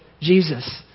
Jesus